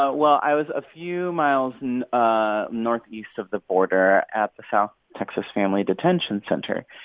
ah well, i was a few miles and ah northeast of the border at the south texas family detention center.